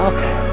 Okay